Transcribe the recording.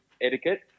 etiquette